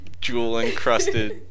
jewel-encrusted